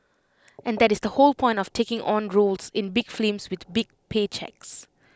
and that is the whole point of taking on roles in big films with big pay cheques